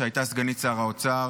שהייתה סגנית שר האוצר.